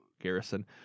Garrison